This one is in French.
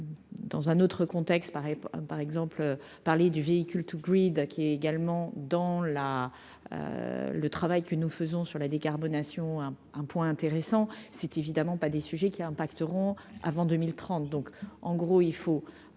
dans un autre contexte par, par exemple, parler du véhicule tout, qui est également dans la le travail que nous faisons sur la décarbonation, un point intéressant c'est évidemment pas des sujets qui impacteront avant 2030,